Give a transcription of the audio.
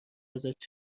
ازت